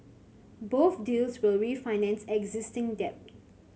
both deals will refinance existing debt